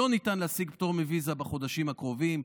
לא ניתן להשיג פטור מוויזה בחודשים הקרובים.